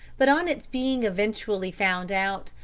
but on its being eventually found out,